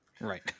Right